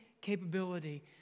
capability